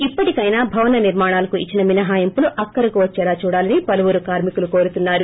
ఇప్పటికైనా భవన నిర్మాణాలకు ఇచ్చిన మినహాయింపులు అక్కరకు వచ్చేలా చూడాలని పలువురు కార్మికులు కోరుతున్నారు